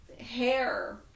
hair